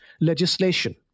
legislation